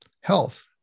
health